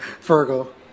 Virgo